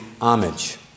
homage